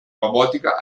robotica